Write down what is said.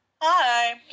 Hi